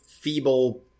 feeble